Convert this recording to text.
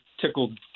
tickled